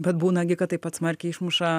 bet būna gi kad taip pat smarkiai išmuša